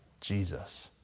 Jesus